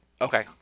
Okay